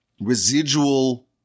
residual